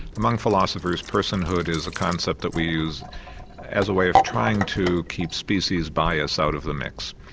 among philosophers personhood is a concept that we use as a way of trying to keep species bias out of the mix.